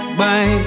bye